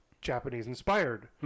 Japanese-inspired